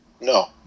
No